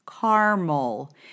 caramel